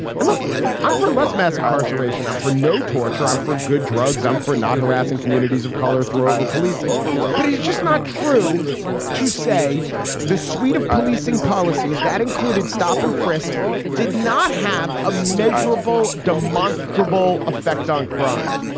and look i'm for less mass incarceration i'm for no torture. i'm for good drugs i'm for not harassing communities of color through overpolicing but he's just not true to say the suite of policing policies that included stop and frisk did not have a measurable demonstrable effect on crime